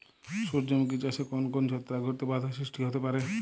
সূর্যমুখী চাষে কোন কোন ছত্রাক ঘটিত বাধা সৃষ্টি হতে পারে?